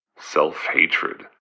Self-hatred